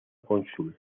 cónsul